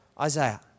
Isaiah